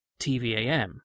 TVAM